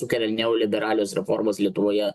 sukelia neoliberalios reformos lietuvoje